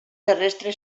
terrestre